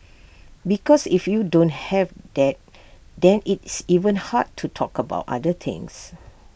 because if you don't have that then it's even hard to talk about other things